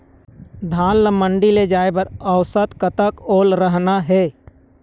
धान ला मंडी ले जाय बर औसत कतक ओल रहना हे?